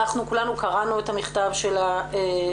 אנחנו כולנו קראנו את המכתב של השר.